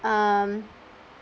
um